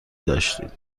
نداشتید